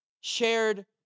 shared